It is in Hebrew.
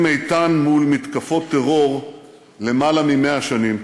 איתן מול מתקפות טרור למעלה מ-100 שנים,